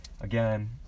Again